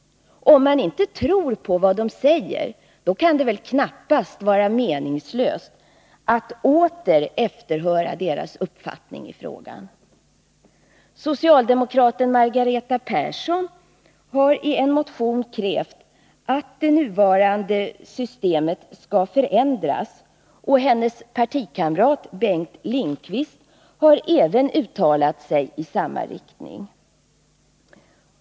Om man inte tror på vad som där sägs, kan det väl knappast vara meningsfullt att åter efterhöra deras uppfattning i frågan. Socialdemokraten Margareta Persson har i en motion krävt att det nuvarande systemet skall förändras. Hennes partikamrat Bengt Lindqvist har uttalat sig i samma riktning.